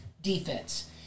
defense